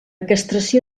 castració